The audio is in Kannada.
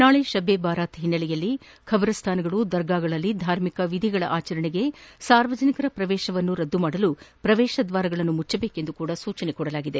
ನಾಳೆ ತಬ್ ಎ ಬಾರಾತ್ ಹಿನ್ನೆಲೆಯಲ್ಲಿ ಖಬ್ರಾಸ್ಟಾನ್ ದರ್ಗಾಗಳಲ್ಲಿ ಧಾರ್ಮಿಕ ವಿಧಿಗಳ ಆಚರಣೆಗೆ ಸಾರ್ವಜನಿಕರ ಪ್ರವೇಶವನ್ನು ರದ್ದುಗೊಳಿಸಲು ಪ್ರವೇಶದ್ವಾರಗಳನ್ನು ಮುಚ್ಚುವಂತೆ ಸೂಚಿಸಲಾಗಿದೆ